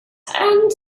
hand